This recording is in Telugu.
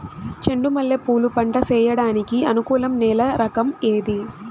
చెండు మల్లె పూలు పంట సేయడానికి అనుకూలం నేల రకం ఏది